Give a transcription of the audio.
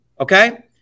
Okay